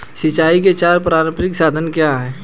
सिंचाई के चार पारंपरिक साधन क्या हैं?